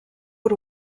per